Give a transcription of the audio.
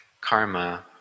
karma